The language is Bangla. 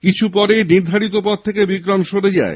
কিছু পরেই নির্ধারিত পথ থেকে বিক্রম সরে যায়